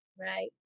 Right